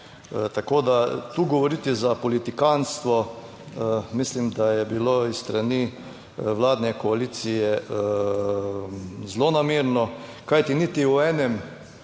Tako da, tu govorite za politikantstvo mislim, da je bilo s strani vladne koalicije zlonamerno. Kajti, niti v enem